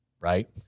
right